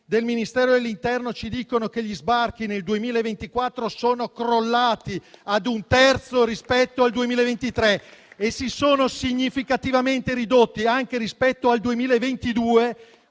del Ministero dell'interno ci dicono che gli sbarchi nel 2024 sono crollati a un terzo rispetto al 2023 e si sono significativamente ridotti anche rispetto al 2022,